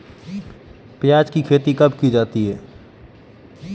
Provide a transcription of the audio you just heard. प्याज़ की खेती कब की जाती है?